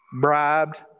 bribed